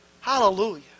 Hallelujah